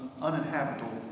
uninhabitable